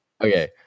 okay